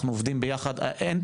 אנחנו עובדים ביחד אין,